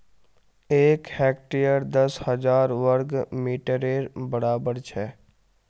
एक हेक्टर दस हजार वर्ग मिटरेर बड़ाबर छे